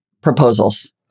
proposals